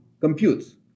computes